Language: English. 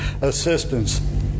assistance